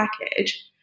package